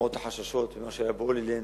למרות החששות ומה שהיה ב"הולילנד",